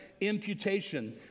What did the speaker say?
imputation